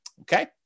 Okay